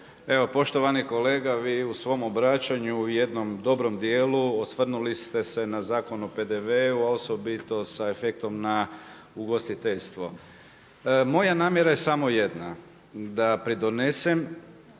Evo poštovani kolega vi u svom obraćanju u jednom dobrom djelu osvrnuli ste se na Zakon o PDV-u a osobito sa efektom na ugostiteljstvo. Moja namjera je samo jedna da pridonesem